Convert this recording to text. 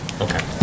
Okay